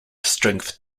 strength